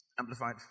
Amplified